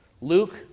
Luke